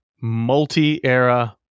Multi-era